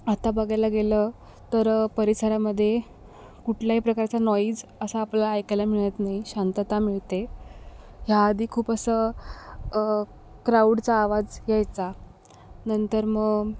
आता बघायला गेलं तर परिसरामध्ये कुठल्याही प्रकारचा नॉइज असा आपल्याला ऐकायला मिळत नाही शांतता मिळते ह्या आधी खूप असं क्राउडचा आवाज यायचा नंतर मग